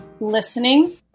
listening